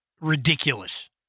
ridiculous